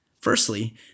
Firstly